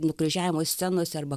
nukryžiavimo scenose arba